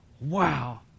wow